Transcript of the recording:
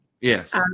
yes